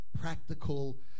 practical